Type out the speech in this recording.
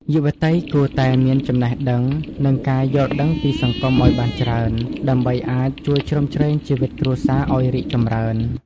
យុវតីគួរតែ "មានចំណេះដឹង និងការយល់ដឹងពីសង្គម" ឱ្យបានច្រើន ដើម្បីអាចជួយជ្រោមជ្រែងជីវិតគ្រួសារឱ្យរីកចម្រើន។